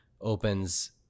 opens